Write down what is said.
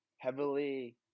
heavily